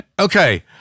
Okay